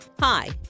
Hi